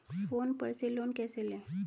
Phone पर से loan कैसे लें?